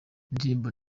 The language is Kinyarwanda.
indirimbo